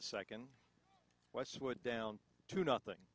the second what's what down to nothing